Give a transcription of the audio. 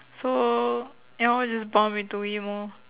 so ya lor just bump into him lor